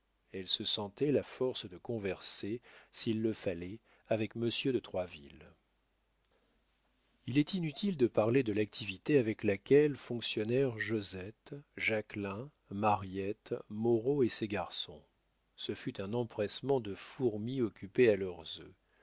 elle se sentait la force de converser s'il le fallait avec monsieur de troisville il est inutile de parler de l'activité avec laquelle fonctionnèrent josette jacquelin mariette moreau et ses garçons ce fut un empressement de fourmis occupées à leurs œufs